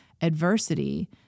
adversity